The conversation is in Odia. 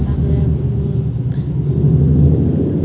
ତା'ପରେ